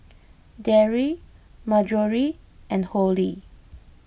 Darry Marjory and Holly